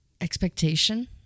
Expectation